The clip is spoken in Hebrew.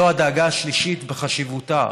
זאת הדאגה השלישית בחשיבותה,